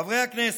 חברי הכנסת,